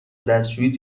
دستشویی